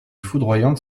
foudroyante